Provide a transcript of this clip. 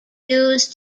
used